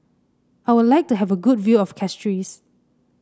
I would like to have a good view of Castries